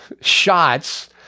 shots